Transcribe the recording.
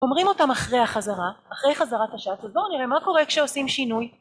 אומרים אותם אחרי החזרה, אחרי חזרת השעה ובואו נראה מה קורה כשעושים שינוי